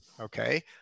Okay